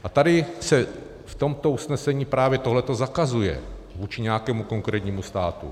A tady se v tomto usnesení právě tohle zakazuje vůči nějakému konkrétnímu státu.